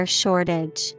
shortage